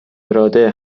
اراده